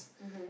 mmhmm